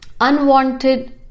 unwanted